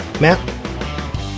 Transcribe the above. Matt